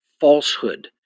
falsehood